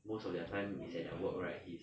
most of their time is at their work right is